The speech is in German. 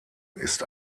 ist